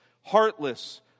heartless